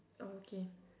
oh okay